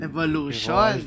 Evolution